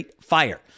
Fire